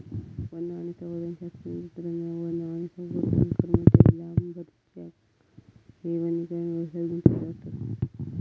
one आणि संवर्धन शास्त्रज्ञ, तंत्रज्ञ, वन आणि संवर्धन कर्मचारी, लांबरजॅक हे वनीकरण व्यवसायात गुंतलेले असत